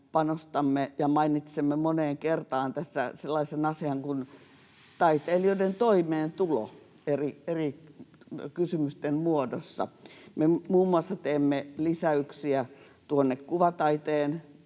panostamme ja mainitsemme moneen kertaan tässä sellaisen asian kuin taiteilijoiden toimeentulon eri kysymysten muodossa. Me muun muassa teemme lisäyksiä kuvataiteen